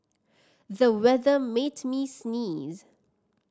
the weather made me sneeze